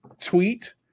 tweet